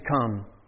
come